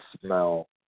smell